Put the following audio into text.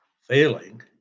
failing